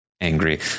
angry